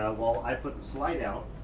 while i put the slide out.